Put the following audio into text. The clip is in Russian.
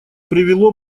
привело